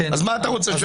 אז מה אתה רוצה,